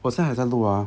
我现在还在录 ah